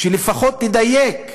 שלפחות תדייק בהחלטה.